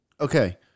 Okay